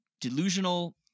delusional